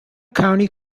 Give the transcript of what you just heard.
county